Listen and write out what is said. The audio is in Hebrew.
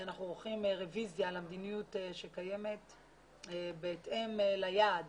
אנחנו עורכים רוויזיה על המדיניות שקיימת בהתאם ליעד